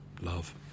love